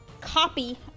copy